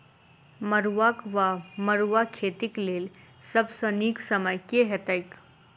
मरुआक वा मड़ुआ खेतीक लेल सब सऽ नीक समय केँ रहतैक?